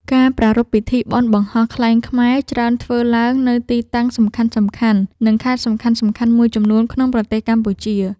ការប្រារព្ធពិធីបុណ្យបង្ហោះខ្លែងខ្មែរ ច្រើនធ្វើឡើងនៅទីតាំងសំខាន់ៗ និងខេត្តសំខាន់ៗមួយចំនួនក្នុងប្រទេសកម្ពុជា។